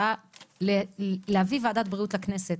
היה להביא ועדת בריאות לכנסת.